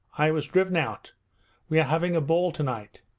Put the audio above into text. i was driven out we are having a ball tonight.